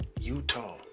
Utah